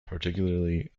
particularly